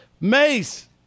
Mace